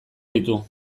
ditu